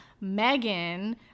Megan